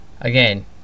Again